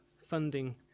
funding